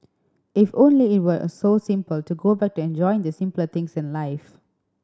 if only it were a so simple to go back to enjoying the simpler things in life